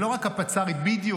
הפצ"רית, בדיוק.